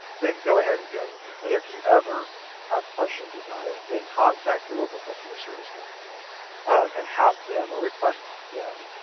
then go ahead and go with it. but if you ever have questions about it, then contact your local customer service director and have them, or request them,